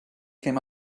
came